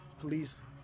police